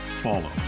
follow